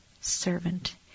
servant